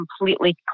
completely